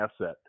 asset